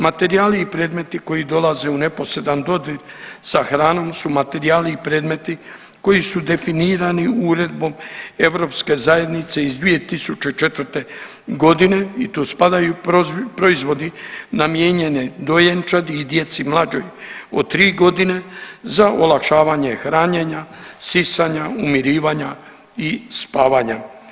Materijali i predmeti koji dolaze u neposredan dodir sa hranom su materijali i predmeti koji su definirani Uredbom Europske zajednice iz 2004.g. i tu spadaju proizvodi namijenjeni dojenčadi i djeci mlađoj od 3.g. za olakšavanje hranjenja, sisanja, umirivanja i spavanja.